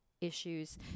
issues